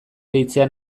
deitzea